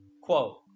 quote